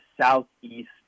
southeast